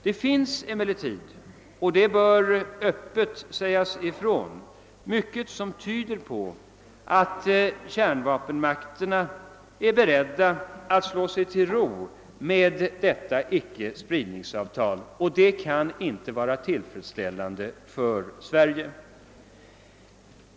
Det finns emellertid — och det bör öppet sägas ifrån — mycket som tyder på att kärnvapenmakterna är beredda att slå sig till ro med detta icke-spridningsfördrag, och det kan inte vara tillfredsställande för Sverige.